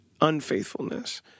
unfaithfulness